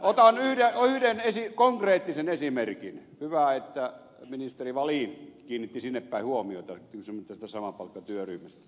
otan yhden konkreettisen esimerkin hyvä että ministeri wallin kiinnitti sinnepäin huomiota kysymys on tästä samapalkkatyöryhmästä